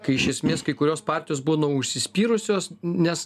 kai iš esmės kai kurios partijos būna užsispyrusios nes